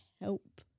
help